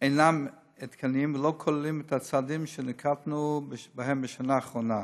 אינם עדכניים ולא כוללים את הצעדים שנקטנו בשנה האחרונה: